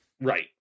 Right